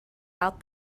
out